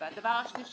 הדבר השלישי,